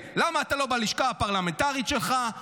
למה אתה לא בלשכה הפרלמנטרית שלך?